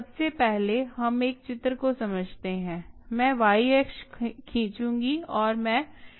सबसे पहले हम एक चित्र को समझते हैं मैं y अक्ष खीचूँगी और मैं x अक्ष खीचूँगी